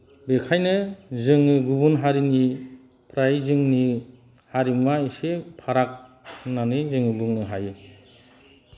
बेखायनो जोंनि गुबुन हारिनिफ्राय जोंनि हारिमुवा इसे फाराग होननानै जोङो बुंनो हायो